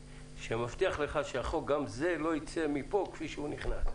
אני מבטיח לך שגם החוק הזה לא יצא מפה כפי שהוא נכנס.